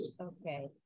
Okay